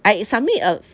I submit a